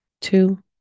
two